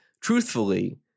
truthfully